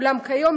אולם כיום,